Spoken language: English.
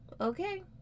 Okay